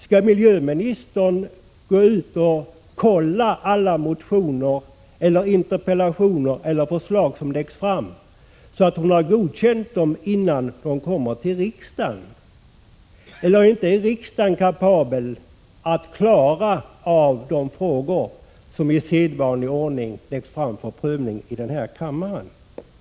Skall miljöministern kolla alla motioner, interpellationer eller förslag som läggs fram, så att hon har godkänt dem innan de kommer till riksdagen? Är inte riksdagen kapabel att klara av de frågor som i sedvanlig ordning läggs fram för prövning i den här kammaren?